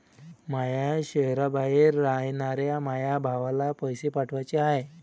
माया शैहराबाहेर रायनाऱ्या माया भावाला पैसे पाठवाचे हाय